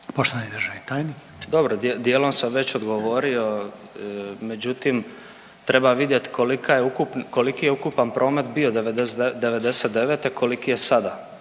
Josip (HDZ)** Dobro, dijelom sam već odgovorio, međutim treba vidjet koliki je ukupan promet bio '99., koliki je sada